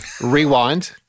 rewind